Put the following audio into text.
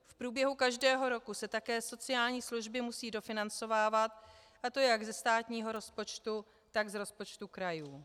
V průběhu každého roku se také sociální služby musí dofinancovávat, a to jak ze státního rozpočtu, tak z rozpočtu krajů.